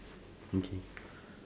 okay